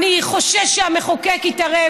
אני חושש שהמחוקק יתערב.